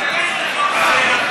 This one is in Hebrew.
תתקנו את החוק הזה,